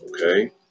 Okay